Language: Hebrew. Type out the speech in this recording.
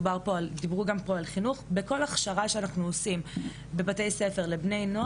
בה חלק שמתייחס לשימוש בריא ונכון ברשתות חברתיות,